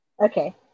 Okay